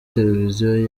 televiziyo